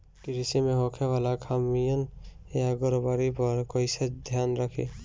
कृषि में होखे वाला खामियन या गड़बड़ी पर कइसे ध्यान रखि?